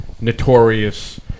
notorious